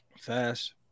fast